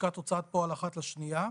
לשכת הוצאת פועל אחת לשנייה,